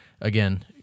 Again